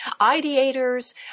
ideators